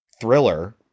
thriller